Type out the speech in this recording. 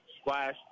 splash